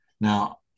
Now